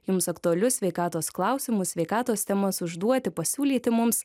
jums aktualius sveikatos klausimus sveikatos temas užduoti pasiūlyti mums